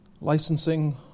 licensing